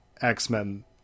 X-Men